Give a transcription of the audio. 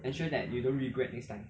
ensure that you don't regret next time